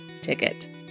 ticket